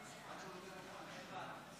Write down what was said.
57 בעד,